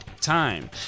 time